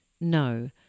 no